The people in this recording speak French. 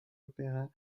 opéra